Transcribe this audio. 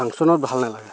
ফাংচনত ভাল নালাগে